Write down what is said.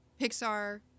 Pixar